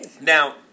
Now